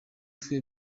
twe